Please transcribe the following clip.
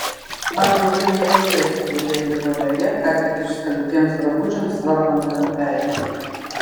man daugiau nereikės gulėti vonioje ką tik išskalbtiems drabužiams varvant ant veido